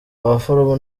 abaforomo